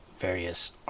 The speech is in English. various